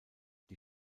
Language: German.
die